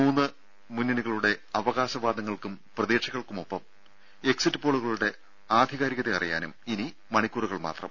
മൂന്ന് മുന്നണികളുടെ അവകാശവാദങ്ങൾക്കും പ്രതീക്ഷകൾക്കുമൊപ്പം എക്സിറ്റ്പോളുകളുടെ ആധികാരികത അറിയാനും ഇനി മണിക്കൂറുകൾ മാത്രം